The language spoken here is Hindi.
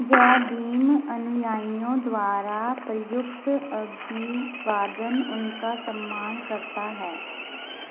जय भीम अनुयायियों द्वारा प्रयुक्त अभिवादन उनका सम्मान करता है